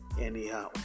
anyhow